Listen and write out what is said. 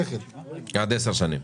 עד 10 שנים.